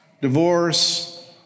divorce